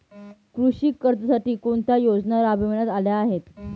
कृषी कर्जासाठी कोणत्या योजना राबविण्यात आल्या आहेत?